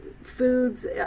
foods